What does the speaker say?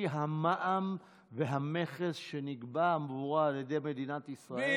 המע"מ והמכס שנגבו עבורה על ידי מדינת ישראל?